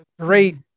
great